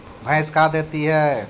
भैंस का देती है?